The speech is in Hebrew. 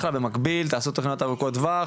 אחלה, במקביל תעשו תחנות ארוכות טווח.